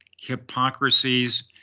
hypocrisies